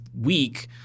week